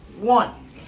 One